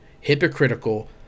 hypocritical